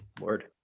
Word